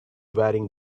wearing